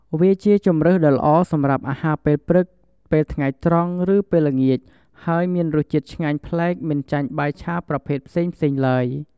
វាជាជម្រើសដ៏ល្អសម្រាប់អាហារពេលព្រឹក ពេលថ្ងៃត្រង់ ឬពេលល្ងាច ហើយមានរសជាតិឆ្ងាញ់ប្លែកមិនចាញ់បាយឆាប្រភេទផ្សេងៗឡើយ។